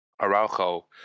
Araujo